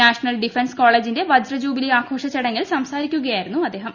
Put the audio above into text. national defence കോളേജിന്റെ വജ്ര jubilee ആഘോഷ സംസാരിക്കുകയായിരുന്നു അദ്ദേഹം